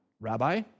rabbi